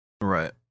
Right